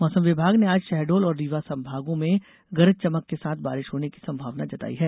मौसम विभाग ने आज शहडोल और रीवा संभागों में गरज चमक के साथ बारिश होने की संभावना जताई है